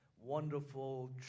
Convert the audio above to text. wonderful